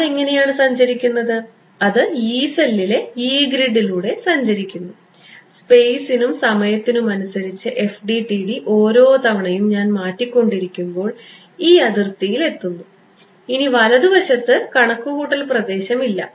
അതെങ്ങനെയാണ് സഞ്ചരിക്കുന്നത് അത് യീ സെല്ലിലെ യീ ഗ്രിഡിലൂടെ സഞ്ചരിക്കുന്നു സ്പെയ്സിനും സമയത്തിനുമനുസരിച്ച് FDTD ഓരോ തവണയും ഞാൻ മാറ്റി കൊണ്ടിരിക്കുമ്പോൾ ഈ അതിർത്തിയിലെത്തുന്നു ഇനി വലതുവശത്ത് കണക്കുകൂട്ടൽ പ്രദേശം ഇല്ല